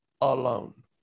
alone